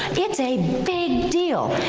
it's a big deal.